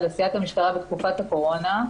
על עשיית המשטרה בתקופת הקורונה,